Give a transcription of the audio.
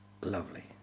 lovely